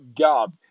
God